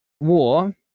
war